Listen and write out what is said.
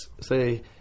Say